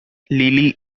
lily